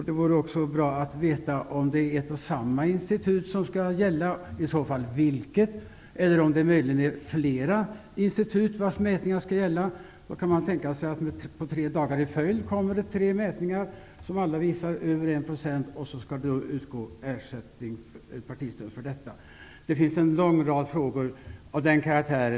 Det vore också bra att få veta om det är ett och samma institut som skall gälla och i få fall vilket, eller om det möjligen är flera institut vilkas mätningar skall gälla. Då kan man tänka sig att det tre dagar i följd kommer tre mätningar som alla visar över 1 %, och då skall det utgå partistöd. Det finns en lång rad frågar av denna karaktär.